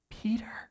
Peter